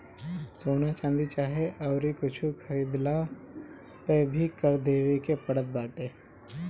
सोना, चांदी चाहे अउरी कुछु खरीदला पअ भी कर देवे के पड़त बाटे